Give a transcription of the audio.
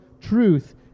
truth